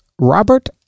Robert